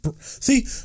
See